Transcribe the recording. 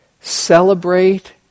celebrate